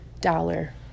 dollar